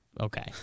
Okay